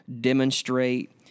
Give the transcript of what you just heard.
demonstrate